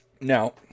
Now